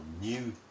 new